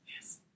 Yes